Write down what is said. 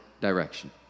direction